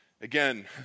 Again